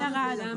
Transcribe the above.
זה ירד.